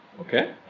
Okay